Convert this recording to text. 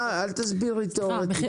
סליחה,